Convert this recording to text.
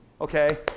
Okay